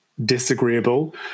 disagreeable